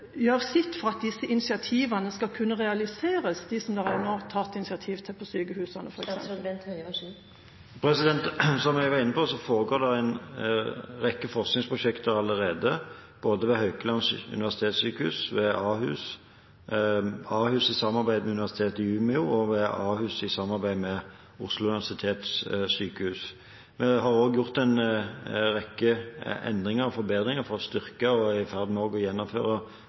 sitt til at disse initiativene som det er tatt initiativ til på sykehusene, skal kunne realiseres? Som jeg var inne på, foregår det allerede en rekke forskningsprosjekter både ved Haukeland universitetssykehus, ved Ahus i samarbeid med Umeå universitet, og ved Ahus i samarbeid med Oslo universitetssykehus. Vi har også gjort, og er også i ferd med å gjennomføre, en rekke endringer – forbedringer – for å styrke klinisk forskning og bidra til større deltakelse i